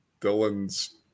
Dylan's